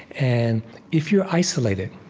and if you're isolated,